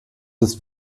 des